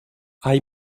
hay